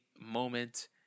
moment